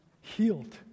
healed